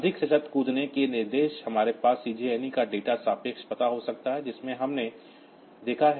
अधिक conditional jump के निर्देश हमारे पास CJNE का डेटा रिलेटिव पता हो सकता है जिसे हमने देखा है